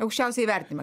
aukščiausią įvertinimą